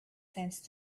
sense